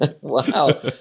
Wow